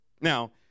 Now